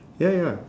ya ya